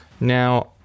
now